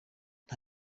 nta